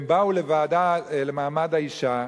הם באו לוועדה למעמד האשה,